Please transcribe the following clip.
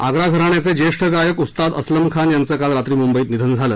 आग्रा घराण्याचे ज्येष्ठ गायक उस्ताद अस्लम खान यांचं काल रात्री मुंबईत निधन झालं